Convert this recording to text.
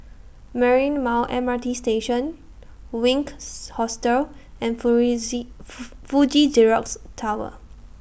Marymount M R T Station Wink Hostel and Fuji Xerox Tower